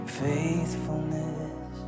faithfulness